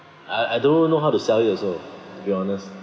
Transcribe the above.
I I do not know how to sell it also to be honest